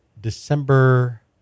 December